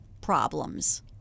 problems